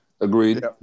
Agreed